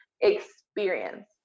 experience